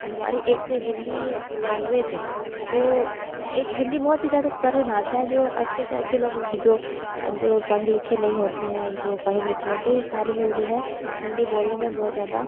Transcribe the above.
हमारी एक हिंदी लैंग्वेज है जो एक हिंदी बहुत ही ज़्यादा सरल भाषा है जो अच्छे से अच्छे लोगों को जो जो पढ़े लिखे नहीं होते हैं जो पढ़े लिखे होतें हैं ये सारे लोग जो है हिंदी बोलने में बहुत ज़्यादा